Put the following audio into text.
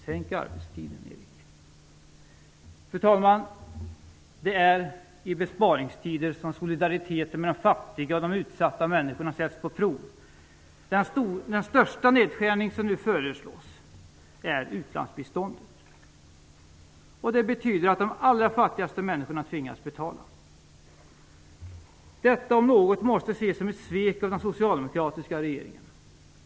Sänk arbetstiden, Erik Åsbrink! Fru talman, det är i besparingstider som solidariteten med de fattiga och utsatta människorna sätts på prov. Den största nedskärning som nu föreslås gäller u-landsbiståndet. Det betyder att de allra fattigaste människorna tvingas att betala. Detta, om något, måste ses som ett svek av den socialdemokratiska regeringen.